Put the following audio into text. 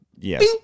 Yes